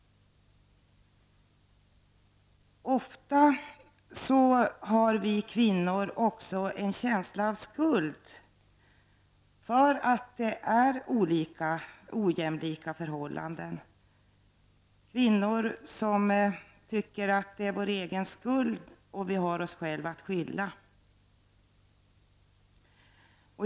Ofta har kvinnor också en känsla av skuld för de ojämlika förhållandena. ''Det är vår egen skuld -- vi har oss själva att skylla.''